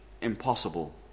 impossible